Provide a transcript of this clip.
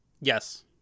Yes